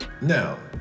now